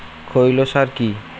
খৈল সার কি?